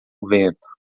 vento